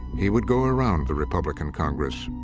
he would go around the republican congress,